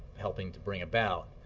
helping to bring about